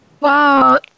Wow